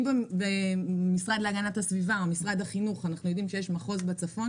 אם במשרד להגנת הסביבה או במשרד החינוך אנחנו יודעים שיש מחוז בצפון